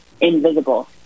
invisible